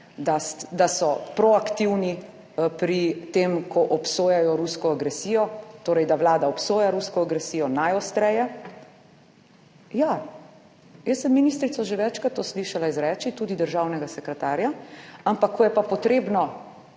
da so proaktivni pri tem, ko obsojajo rusko agresijo, torej da Vlada obsoja rusko agresijo najostreje. Ja, jaz sem ministrico že večkrat to slišala izreči, tudi državnega sekretarja, ampak ko je pa potrebno